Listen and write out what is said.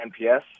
NPS